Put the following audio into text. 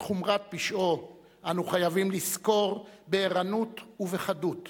את חומרת פשעו אנחנו חייבים לזכור בערנות ובחדות